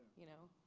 you know.